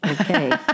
okay